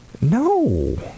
No